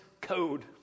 code